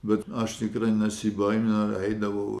bet aš tikrai nesibaiminau eidavau